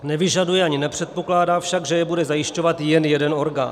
Nevyžaduje ani nepředpokládá však, že je bude zajišťovat jen jeden orgán.